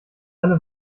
alle